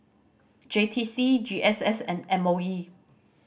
J T C G S S and M O E